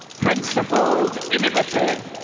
principled, innovative,